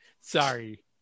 sorry